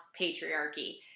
patriarchy